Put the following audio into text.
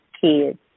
kids